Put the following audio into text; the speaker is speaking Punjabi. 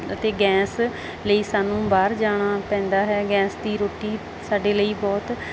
ਅਤੇ ਗੈਂਸ ਲਈ ਸਾਨੂੰ ਬਾਹਰ ਜਾਣਾ ਪੈਂਦਾ ਹੈ ਗੈਂਸ ਦੀ ਰੋਟੀ ਸਾਡੇ ਲਈ ਬਹੁਤ